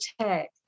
tech